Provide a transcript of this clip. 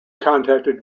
contacted